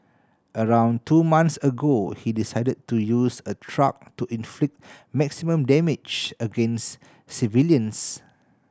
around two months ago he decided to use a truck to inflict maximum damage against civilians